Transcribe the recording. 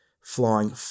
flying